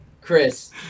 Chris